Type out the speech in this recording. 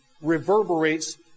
reverberates